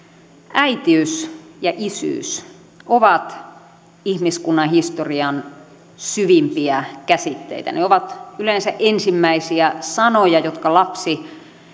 äitiys ja isyys ovat ihmiskunnan historian syvimpiä käsitteitä ne ovat yleensä ensimmäisiä sanoja jotka lapsi